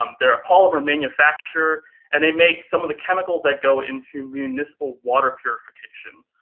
um they're a polymer manufacturer and they make some of the chemicals that go into municipal water purification.